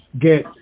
get